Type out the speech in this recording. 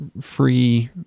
free